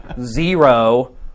Zero